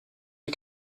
die